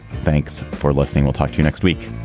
thanks for listening. we'll talk to you next week